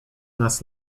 nas